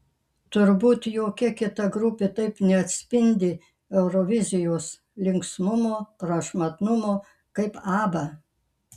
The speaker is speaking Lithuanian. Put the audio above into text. turbūt jokia kita grupė taip neatspindi eurovizijos linksmumo prašmatnumo kaip abba